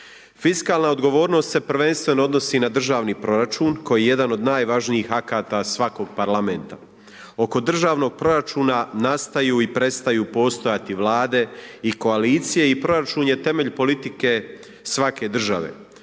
Fiskalna odgovornost se prvenstveno odnosi na državni proračun, koji je jedan od najvažnijih akata svakog parlamenta. Oko državnog proračuna nastaju i prestaju postojati vlade i koalicije i proračun je temelj politike svake države.